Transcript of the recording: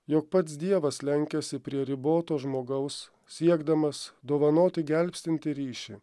jog pats dievas lenkiasi prie riboto žmogaus siekdamas dovanoti gelbstintį ryšį